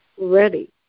ready